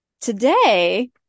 today